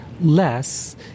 less